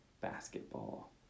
basketball